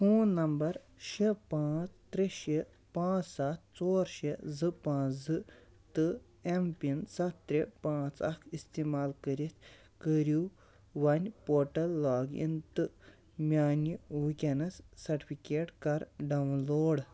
phone number شےٚ پانٛژھ ترٛےٚ شےٚ پانٛژھ سَتھ ژور شےٚ زٕ پانٛژھ زٕ تہٕ اٮ۪م پِن سَتھ ترٛےٚ پانٛژھ اَکھ استعمال کٔرِتھ کٔرِو وۄنۍ پوٹَل لاگ اِن تہٕ میٛانہِ وٕنۍکؠنَس سٹفِکیٹ کر ڈاون لوڈ